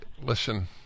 Listen